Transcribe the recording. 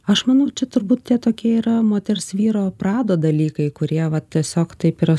aš manau čia turbūt tie tokie yra moters vyro prado dalykai kurie vat tiesiog taip yra